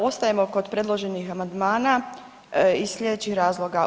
Ostajemo kod predloženih amandmana iz slijedećih razloga.